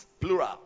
Plural